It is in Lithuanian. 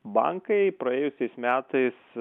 bankai praėjusiais metais